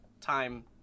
time